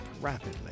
rapidly